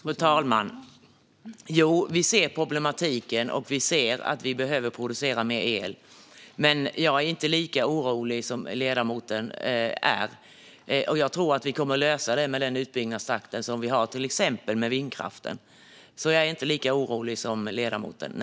Fru talman! Jo, vi ser problemen, och vi ser att det behöver produceras mer el. Men jag är inte lika orolig som ledamoten är. Jag tror att vi kommer att lösa problemen med den utbyggnadstakt som finns, till exempel med vindkraften. Nej, jag är inte lika orolig som ledamoten.